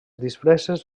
disfresses